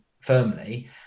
firmly